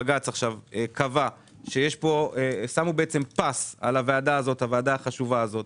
בג"ץ קבע שבעצם שמו פס על הוועדה החשובה הזאת.